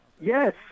Yes